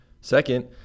Second